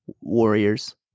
warriors